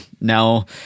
Now